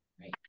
right